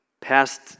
past